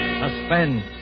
suspense